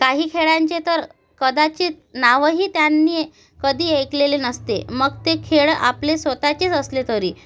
काही खेळांचे तर कदाचित नावही त्यांनी कधी ऐकलेले नसते मग ते खेळ आपले स्वतःचेच असले तरी